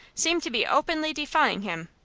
seemed to be openly defying him.